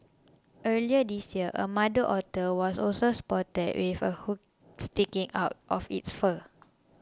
earlier this year a mother otter was also spotted with a hook sticking out of its fur